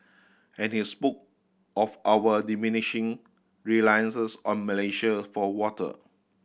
and he spoke of our diminishing reliance on Malaysia for water